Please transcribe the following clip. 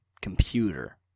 computer